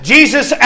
Jesus